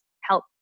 help